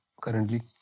currently